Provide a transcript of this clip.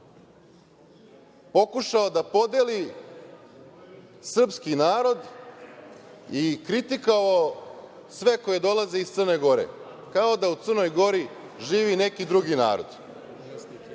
pokušao da podeli srpski narod i kritikovao sve koji dolaze iz Crne Gore, kao da u Crnoj Goriživi neki drugi narod. Dakle,